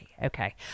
Okay